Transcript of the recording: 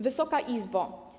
Wysoka Izbo!